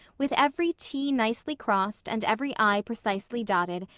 with every t nicely crossed and every i precisely dotted,